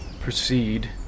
proceed